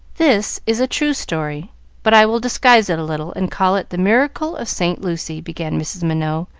this is a true story but i will disguise it a little, and call it the miracle of saint lucy began mrs. minot,